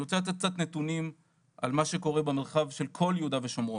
אני רוצה לתת קצת נתונים על מה שקורה במרחב של כל יהודה ושומרון.